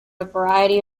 variety